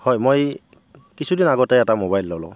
হয় মই কিছুদিন আগতে এটা মোবাইল ল'লো